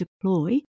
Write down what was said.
deploy